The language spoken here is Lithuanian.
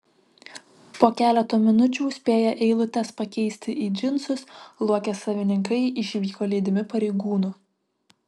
po keleto minučių spėję eilutes pakeisti į džinsus luokės savininkai išvyko lydimi pareigūnų